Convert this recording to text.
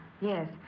Yes